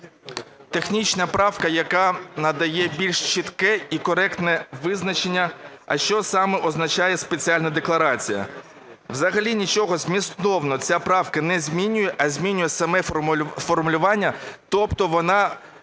Технічна правка, яка надає більш чітке і коректне визначення – а що саме означає "спеціальна декларація". Взагалі нічого змістовно ця правка не змінює, а змінює саме формулювання, тобто вона